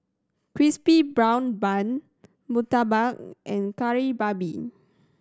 Crispy Golden Brown Bun murtabak and Kari Babi